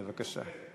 בבקשה.